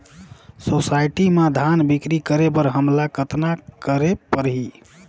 Society म धान बिक्री करे बर हमला कतना करे परही?